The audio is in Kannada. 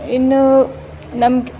ಇನ್ನು ನಮ್ಗೆ